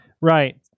right